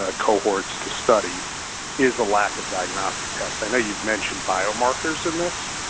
ah cohorts to study is a lack of diagnostic testing. i know you've mentioned bio-markers in this,